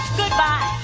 goodbye